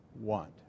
want